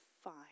fine